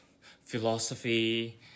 philosophy